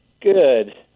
Good